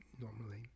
normally